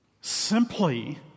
simply